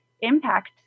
impact